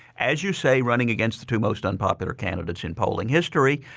as you say running against the two most unpopular candidates in polling history,